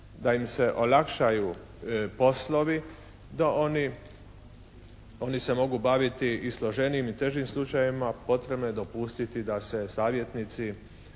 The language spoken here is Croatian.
da im se olakšaju poslovi. Oni se mogu baviti i složenijim i težim slučajevima. Potrebno je dopustiti da se savjetnici